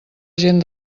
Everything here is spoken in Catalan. gent